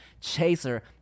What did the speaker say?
Chaser